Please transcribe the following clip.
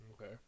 Okay